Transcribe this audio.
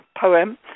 poem